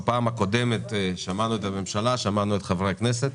בפעם הקודמת שמענו את הממשלה ואת חברי הכנסת,